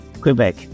Quebec